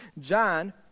John